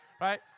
Right